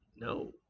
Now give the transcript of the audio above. No